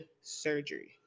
surgery